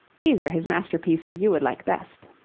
these are his masterpieces you would like best.